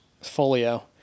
folio